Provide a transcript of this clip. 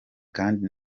kandi